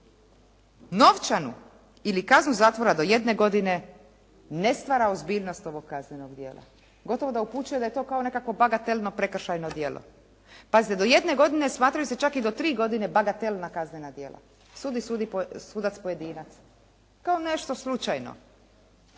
novčanu ili kaznu zatvora do jedne godine ne stvara ozbiljnost ovog kaznenog djela. Gotovo da upućuje da je to nekakvo bagatelno prekršajno djelo. Pazite do jedne godine smatraju se čak i do tri godine bagatelna kaznena djela. Sudi sudac pojedinac. Kao nešto slučajno.